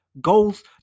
goals